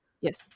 Yes